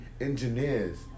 engineers